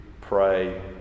pray